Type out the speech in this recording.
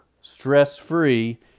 stress-free